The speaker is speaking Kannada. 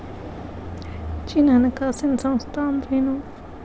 ಹೆಚ್ಚಿನ ಹಣಕಾಸಿನ ಸಂಸ್ಥಾ ಅಂದ್ರೇನು?